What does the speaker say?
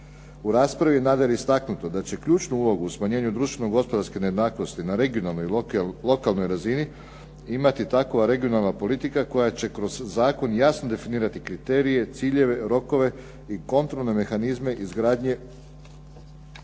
U raspravi je nadalje istaknuto da će ključnu ulogu u smanjenju društveno gospodarske nejednakosti na regionalnoj lokalnoj razini imati takova regionalna politika koja će kroz zakon jasno definirati kriterije, ciljeve, rokove i kontrolne mehanizme izgradnje